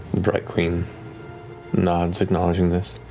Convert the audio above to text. the bright queen nods, acknowledging this.